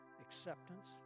Acceptance